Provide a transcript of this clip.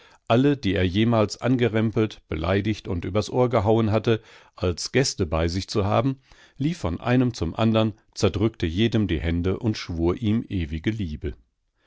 alle die er jemals angerempelt beleidigt und übers ohr gehauen hatte als gäste bei sich zu haben lief von einem zum andern zerdrückte jedem die hände und schwur ihm ewige liebe